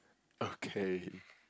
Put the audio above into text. okay